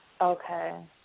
Okay